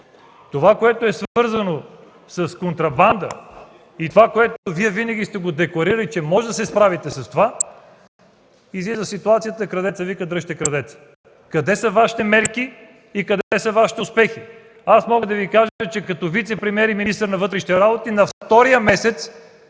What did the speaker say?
Това, което е свързано с контрабанда и това, което Вие винаги сте декларирали, че можете да се справите с това – излиза ситуацията: „Крадецът вика: Дръжте крадеца!” Къде са Вашите мерки и къде са Вашите успехи? Аз мога да Ви кажа, че като вицепремиер и министър на вътрешните работи на втория месец